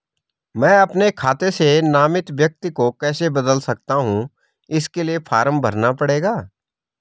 मैं अपने खाते से नामित व्यक्ति को कैसे बदल सकता हूँ इसके लिए फॉर्म भरना पड़ेगा?